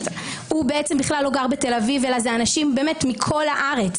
בכלל לא גר בתל-אביב אלא אלה אנשים מכל הארץ?